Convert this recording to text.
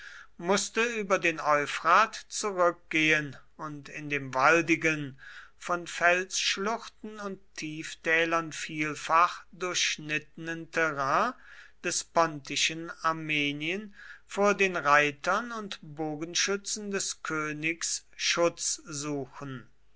mußte über den euphrat zurückgehen und in dem waldigen von felsschluchten und tieftälern vielfach durchschnittenen terrain des pontischen armenien vor den reitern und bogenschützen des königs schutz suchen